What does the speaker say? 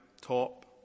top